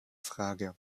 frage